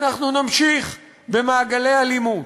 אנחנו נמשיך במעגלי אלימות.